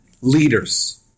Leaders